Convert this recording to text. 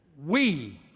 we